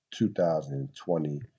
2020